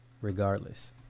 Regardless